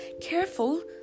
Careful